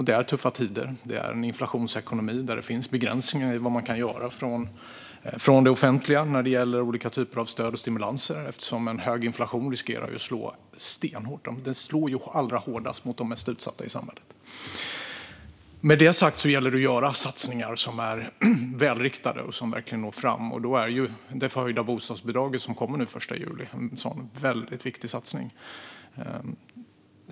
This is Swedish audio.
Det är tuffa tider med en inflationsekonomi, och det finns begränsningar för vad det offentliga kan göra vad gäller stöd och stimulanser eftersom en hög inflation slår allra hårdast mot de mest utsatta i samhället. Med detta sagt gäller det att göra satsningar som är välriktade och verkligen når fram, och då är det tillfälligt höjda bostadsbidraget från den 1 juli en viktig satsning.